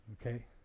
okay